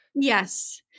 Yes